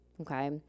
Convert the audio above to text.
okay